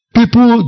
People